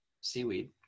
seaweed